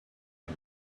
but